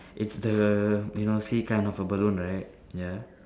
its the you know sea kind of a balloon right ya